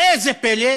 ראה זה פלא,